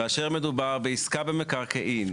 כאשר מדובר בעסקה במקרקעין,